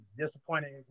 disappointed